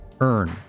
earn